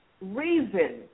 reason